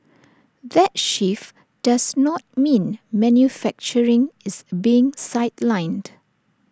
that shift does not mean manufacturing is being sidelined